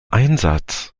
einsatz